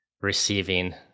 receiving